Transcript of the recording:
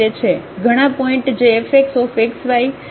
ઘણા પોઇન્ટ જેfxxy0fyxy0 ને સેટિસ્ફાઇડ છે